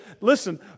listen